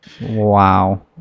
wow